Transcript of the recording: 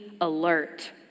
alert